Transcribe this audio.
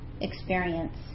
experience